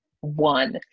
one